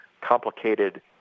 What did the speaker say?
complicated